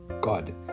God